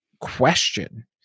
question